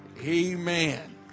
Amen